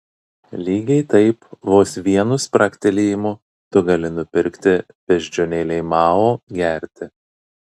lygiai taip vos vienu spragtelėjimu tu gali nupirkti beždžionėlei mao gerti